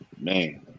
Man